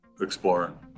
exploring